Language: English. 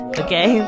okay